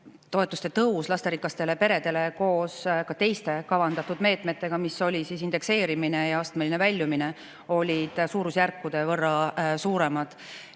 toetuste tõus lasterikastele peredele koos ka teiste kavandatud meetmetega, milleks olid indekseerimine ja astmeline väljumine, oli suurusjärkude võrra suurem.